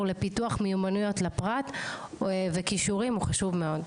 לפיתוח מיומנויות לפרט וכישורים הוא חשוב מאוד.